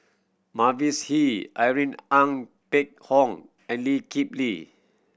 Mavis Hee Irene Ng Phek Hoong and Lee Kip Lee